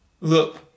look